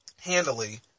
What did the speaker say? handily